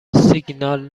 سیگنال